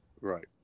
right